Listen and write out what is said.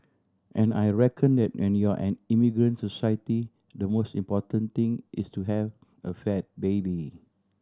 and I reckon that when you're an immigrant society the most important thing is to have a fat baby